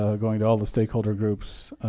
ah going to all the stakeholder groups,